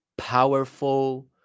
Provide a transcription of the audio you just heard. powerful